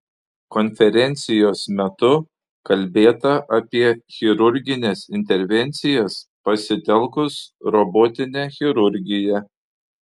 konferencijos metu kalbėta apie chirurgines intervencijas pasitelkus robotinę chirurgiją